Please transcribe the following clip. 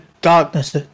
darkness